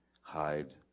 hide